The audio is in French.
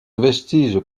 vestiges